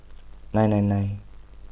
nine nine nine